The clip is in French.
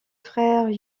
frères